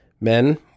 Men